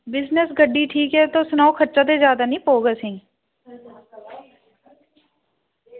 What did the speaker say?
business गड्ढी ठीक ऐ ते तुस सनाओ खर्चा निं जादा पौग असें ई